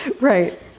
Right